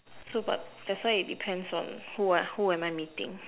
so but that's why it depends on who are who am I meeting